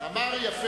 אדוני היושב-ראש,